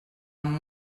amb